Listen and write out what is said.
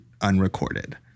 Unrecorded